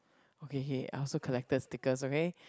okay K I also collected stickers okay